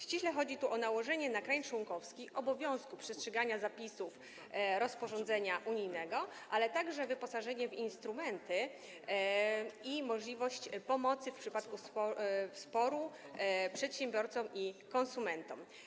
Ściśle chodzi tu o nałożenie na kraj członkowski obowiązku przestrzegania zapisów rozporządzenia unijnego, ale także wyposażenie go w instrumenty i możliwość pomocy w przypadku sporu przedsiębiorcom i konsumentom.